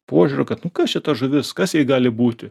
požiūrio kad kas čia ta žuvis kas jai gali būti